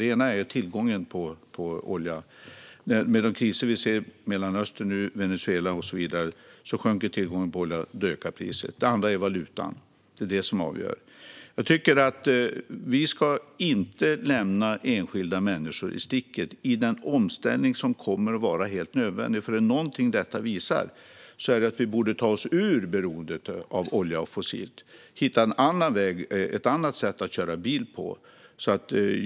Det ena är tillgången på olja. I och med de kriser vi ser i Mellanöstern, Venezuela och så vidare sjunker tillgången på olja. Då ökar priset. Det andra är valutan. Det är det som avgör. Vi ska inte lämna enskilda människor i sticket i den omställning som kommer att vara helt nödvändig. Är det någonting detta visar är det att vi borde ta oss ur beroendet av olja och fossilt bränsle och hitta ett annat sätt att köra bil på.